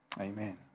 Amen